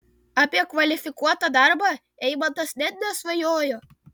apie kvalifikuotą darbą eimantas net nesvajojo